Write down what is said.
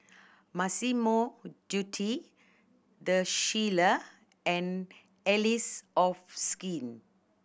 Massimo Dutti The Shilla and Allies of Skin